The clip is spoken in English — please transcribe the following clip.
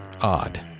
odd